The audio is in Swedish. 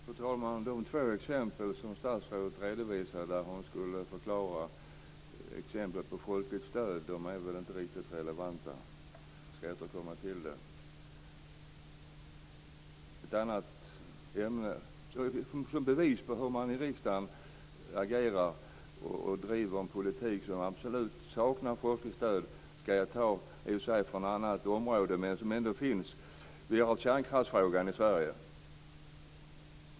Herr talman! De två exempel som statsrådet redovisade när hon skulle ge exempel på folkligt stöd är inte riktigt relevanta. Jag skall återkomma till det. Som bevis på hur man agerar i riksdagen, och på hur man driver en politik som absolut saknar folkligt stöd, skall jag ta ett exempel som i och för sig kommer från ett annat område, men som ändå passar. Vi har kärnkraftsfrågan i Sverige.